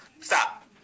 Stop